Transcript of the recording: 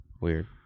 Weird